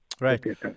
Right